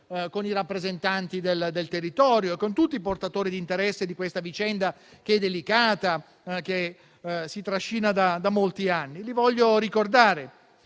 con i rappresentanti del territorio e con tutti i portatori di interessi di questa vicenda, che è delicata e che si trascina da molti anni. Voglio ricordare